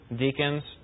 deacons